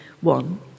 one